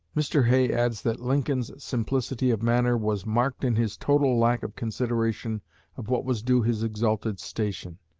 mr. hay adds that lincoln's simplicity of manner was marked in his total lack of consideration of what was due his exalted station.